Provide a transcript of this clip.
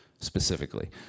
specifically